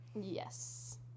Yes